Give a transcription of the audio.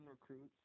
recruits